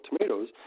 tomatoes